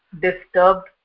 disturbed